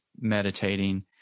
meditating